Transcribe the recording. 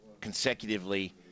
consecutively